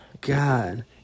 God